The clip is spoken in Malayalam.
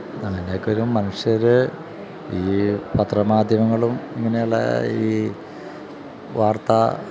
മനുഷ്യര് ഈ പത്രമാധ്യമങ്ങളും ഇങ്ങനെയുള്ള ഈ വാർത്ത